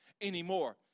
anymore